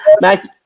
Mac